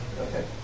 Okay